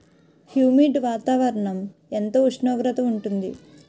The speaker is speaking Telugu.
హ్యుమిడ్ వాతావరణం ఎంత ఉష్ణోగ్రత ఉంటుంది?